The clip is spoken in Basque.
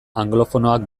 anglofonoak